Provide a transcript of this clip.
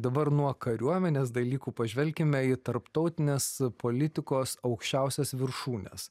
dabar nuo kariuomenės dalykų pažvelkime į tarptautinės politikos aukščiausias viršūnes